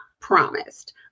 promised